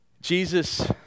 Jesus